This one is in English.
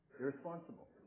Irresponsible